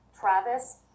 Travis